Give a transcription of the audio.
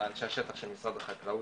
לאנשי השטח של משרד החקלאות,